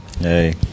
Hey